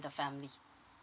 the family